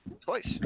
twice